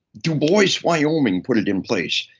dubois, wyoming put it in place,